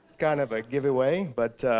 kind of a giveaway. but